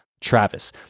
Travis